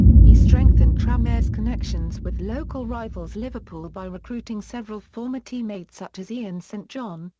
he strengthened tranmere's connections with local rivals liverpool by recruiting several former team-mates such as ian st john,